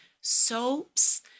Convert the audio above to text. soaps